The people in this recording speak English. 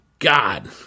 God